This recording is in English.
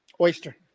Oyster